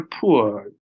poor